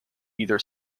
either